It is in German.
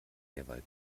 derweil